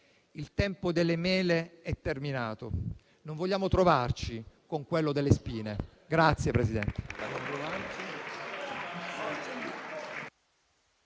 il tempo delle mele è terminato: non vogliamo trovarci con quello delle spine.